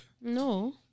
No